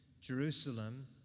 Jerusalem